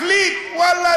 מחליט: ואללה,